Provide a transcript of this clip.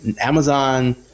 Amazon